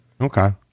Okay